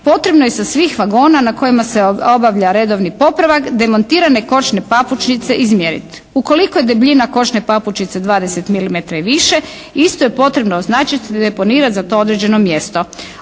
potrebno je sa svih vagona na kojima se obavlja redovni popravak demontirane kočne papučice izmjeriti. Ukoliko je debljina kočne papučice 20 milimetar i više isto je potrebno označiti i deponirati za to određeno mjesto.